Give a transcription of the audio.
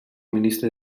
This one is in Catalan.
ministre